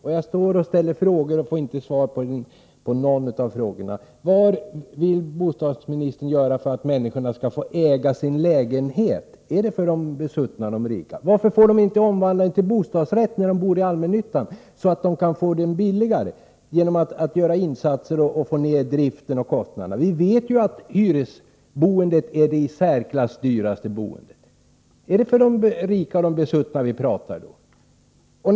Jag ställer frågor och får inte svar på någon av frågorna: Vad vill bostadsministern göra för att människorna skall få äga sina lägenheter? Är det för de besuttna, för de rika, som jag då talar? Varför får människorna inte omvandla sina lägenheter till bostadsrätter, när de bor i allmännyttan, så att de genom att göra egna insatser kan bidra till att få ned kostnaderna för driften och annat och alltså bo billigare? Vi vet ju att hyresboendet är det i särklass dyraste boendet. Är det då för de besuttna vi talar i dessa sammanhang?